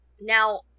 Now